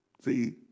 See